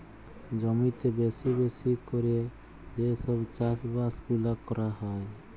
জমিতে বেশি বেশি ক্যরে যে সব চাষ বাস গুলা ক্যরা হ্যয়